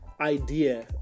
idea